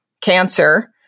cancer